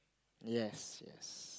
yes